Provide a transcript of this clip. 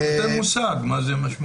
תן מושג, מה זה משמעותי?